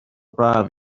braf